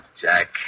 Jack